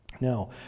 Now